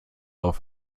auf